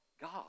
God